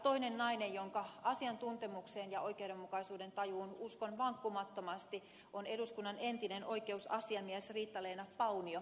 toinen nainen jonka asiantuntemukseen ja oikeudenmukaisuuden tajuun uskon vankkumattomasti on eduskunnan entinen oikeusasiamies riitta leena paunio